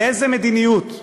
לאיזו מדיניות?